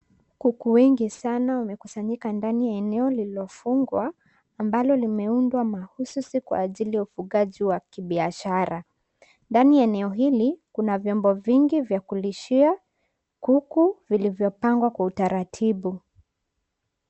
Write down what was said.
Kuku wengi sana wamekusanyika ndani ya eneo lililofungwa ambalo limeundwa mahususi kwa ajili ya ufugaji wa kibiashara. Ndani ya eneo hili, kuna viombo vingi vya kulishia kuku vilivyopangwa kwa utaratibu.